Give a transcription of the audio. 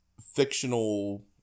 fictional